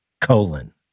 colon